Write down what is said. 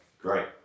great